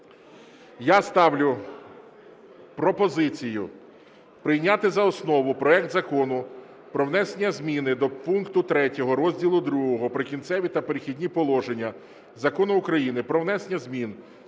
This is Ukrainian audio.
Я ставлю пропозицію прийняти за основу проект Закону про внесення зміни до пункту 3 розділу ІІ "Прикінцеві та перехідні положення" Закону України "Про внесення змін